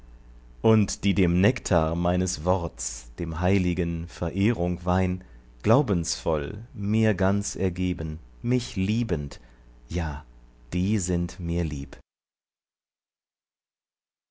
und die dem nektar meines worts dem heiligen verehrung weihn glaubensvoll mir ganz ergeben mich liebend ja die sind mir lieb